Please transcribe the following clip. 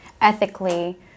ethically